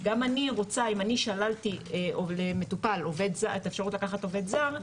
גם אני רוצה אם אני שללתי למטופל את האפשרות לקחת עובד זר,